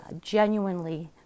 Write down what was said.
genuinely